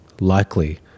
likely